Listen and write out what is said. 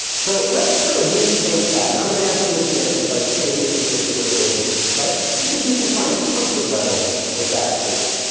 so let's kind of rethink that, and i'm going to ask you at the end if i've changed your thinking a little bit. okay. just if you can find a comfort level with that statement.